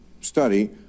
study